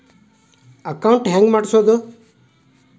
Account ಹೆಂಗ್ ಮಾಡ್ಸೋದು?